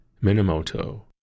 Minamoto